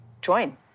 Join